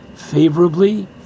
favorably